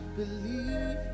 believe